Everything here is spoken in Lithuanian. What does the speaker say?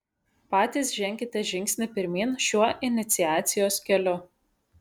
patys ženkite žingsnį pirmyn šiuo iniciacijos keliu